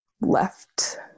left